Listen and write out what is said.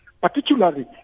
particularly